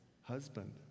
husband